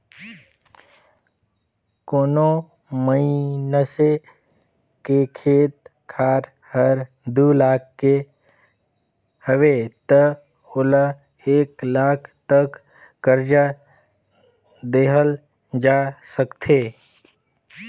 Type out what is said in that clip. कोनो मइनसे के खेत खार हर दू लाख के हवे त ओला एक लाख तक के करजा देहल जा सकथे